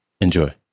Enjoy